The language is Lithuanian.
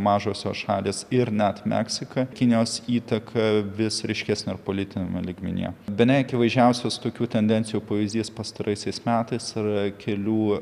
mažosios šalys ir net meksika kinijos įtaka vis ryškesnė ir politiniame lygmenyje bene akivaizdžiausias tokių tendencijų pavyzdys pastaraisiais metais yra kelių